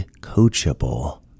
coachable